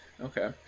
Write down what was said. Okay